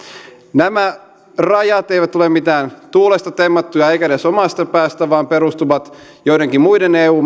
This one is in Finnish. nämä rajat eivät ole mitään tuulesta temmattuja eivätkä edes omasta päästä vaan perustuvat joidenkin muiden eu